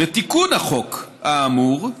לתיקון החוק האמור,